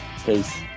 Peace